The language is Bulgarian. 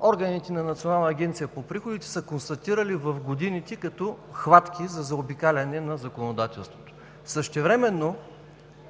органите на Националната агенция по приходите са констатирали в годините като „хватки за заобикаляне“ на законодателството. Същевременно